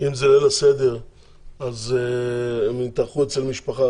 אם זה ליל הסדר אז שיתארחו אצל משפחה.